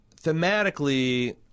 thematically